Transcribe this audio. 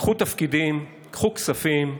קחו תפקידים, קחו כספים,